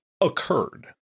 Occurred